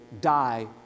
die